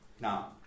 Now